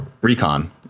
Recon